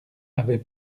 avait